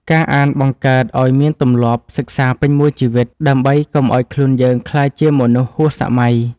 ការអានបង្កើតឱ្យមានទម្លាប់សិក្សាពេញមួយជីវិត ដើម្បីកុំឱ្យខ្លួនយើងក្លាយជាមនុស្សហួសសម័យ។